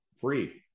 free